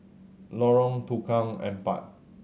Lorong Tukang Empat